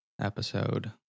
episode